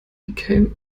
became